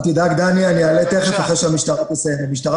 אני רק אוסיף משפט אחד, אם שומעים אותי.